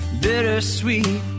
Bittersweet